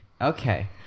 okay